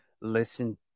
listen